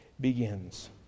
begins